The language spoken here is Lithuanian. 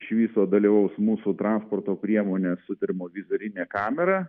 iš viso dalyvaus mūsų transporto priemonėssu termovizorine kamera